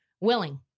willing